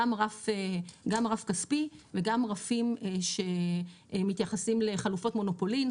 גם רף כספי וגם רפים שמתייחסים לחלופות מונופולין,